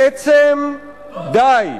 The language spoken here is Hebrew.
בעצם, די,